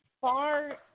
far